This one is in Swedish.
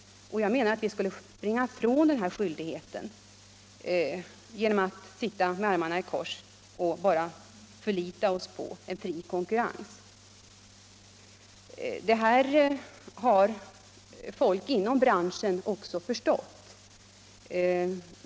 Jag menar att vi skulle springa ifrån denna skyldighet genom att sitta med armarna i kors och bara förlita oss på en fri konkurrens. Det här har folk inom branschen också förstått.